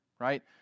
right